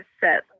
set